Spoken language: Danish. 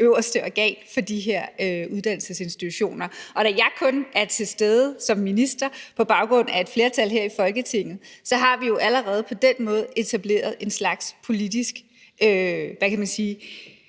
øverste organ for de her uddannelsesinstitutioner. Og da jeg kun er til stede som minister på baggrund af et flertal her i Folketinget, har vi jo allerede på den måde etableret en slags politisk forbindelse